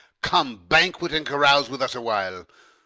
come, banquet and carouse with us a while,